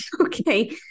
Okay